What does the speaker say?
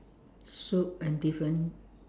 soup and different